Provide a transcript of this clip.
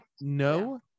no